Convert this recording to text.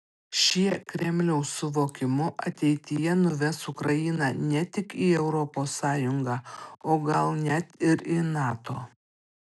šie kremliaus suvokimu ateityje nuves ukrainą ne tik į europos sąjungą o gal net ir į nato